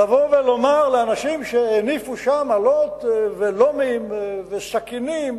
לבוא ולומר לאנשים שהניפו שם אלות ולומים וסכינים,